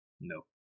No